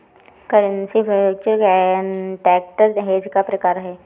currency future contract hedge का प्रकार है